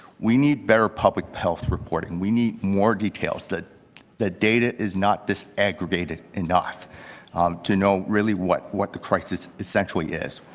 we need better public health reporting. we need more details that that data is not this aggregated enough um to know really what what the crisis essentially is.